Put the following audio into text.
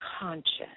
conscious